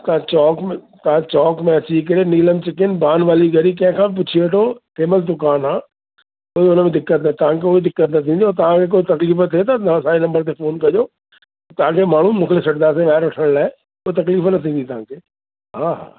तव्हां चौक में तव्हां चौक में अची करे नीलम चिकिन भान वाली गली कंहिंखां बि पुछी वठो फ़ेमस दुकानु आहे कोई उनमें दिक़तु न तव्हांखे कोई दिक़तु न थींदी ऐं तव्हांखे को तकलीफ़ थिए त असांजे नम्बर ते फ़ोन कजो तव्हांखे माण्हूं मोकिले छॾिदासीं ॿाहिरि वठण लाइ कोई तकलीफ़ न थींदी तव्हांखे हा हा